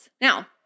Now